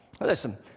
Listen